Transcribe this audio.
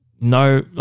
No